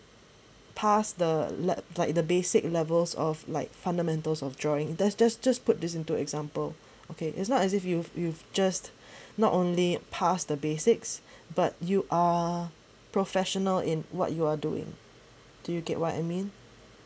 passed the lev~ like the basic levels of like fundamentals of drawing that's just just put this into example okay it's not as if you you just not only passed the basics but you are professional in what you are doing do you get what I mean